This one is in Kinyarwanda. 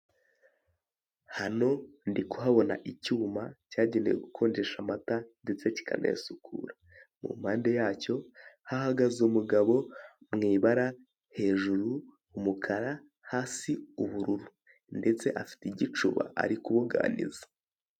Hano ndi kuhabona icyuma cyagenewe gukonjesha amata ndetse kikanayasukura mu mpande yacyo hahagaze umugabo mu ibara hejuru umukara hasi ubururu ndetse afite igicuba ari kubuganiza.